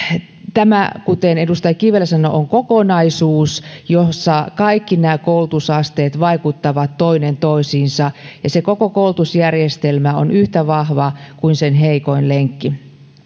tämä kuten edustaja kivelä sanoi on kokonaisuus jossa kaikki nämä koulutusasteet vaikuttavat toinen toisiinsa ja se koko koulutusjärjestelmä on yhtä vahva kuin sen heikoin lenkki